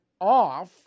off